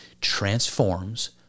transforms